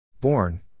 Born